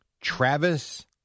Travis